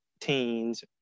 teens